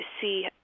see